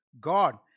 God